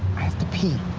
i have to pee.